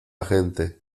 gente